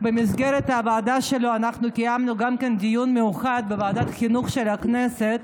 במסגרת הוועדה שלו אנחנו גם קיימנו דיון מיוחד בוועדת החינוך של הכנסת,